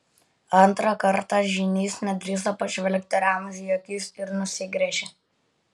antrą kartą žynys nedrįso pažvelgti ramziui į akis ir nusigręžė